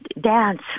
dance